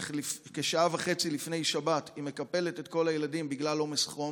איך כשעה וחצי לפני השבת היא מקפלת את כל הילדים בגלל עומס חום